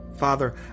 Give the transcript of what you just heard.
Father